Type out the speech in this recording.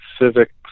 civic